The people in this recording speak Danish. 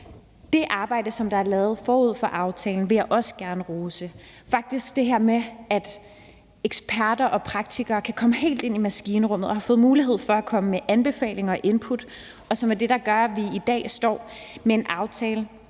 Det arbejde, der er lavet forud for aftalen, vil jeg også gerne rose, altså det her med, at eksperter og praktikere er kommet helt ind i maskinrummet og har fået mulighed for at komme med anbefalinger og input, og som er det, der gør, at vi i dag står med en aftale,